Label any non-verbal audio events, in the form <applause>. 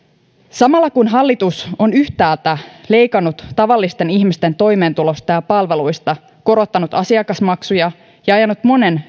samalla kun hallitus on yhtäältä leikannut tavallisten ihmisten toimeentulosta ja palveluista korottanut asiakasmaksuja ja ajanut monen <unintelligible>